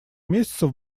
месяцев